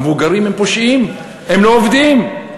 המבוגרים הם פושעים, הם לא עובדים,